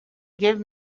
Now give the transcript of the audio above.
give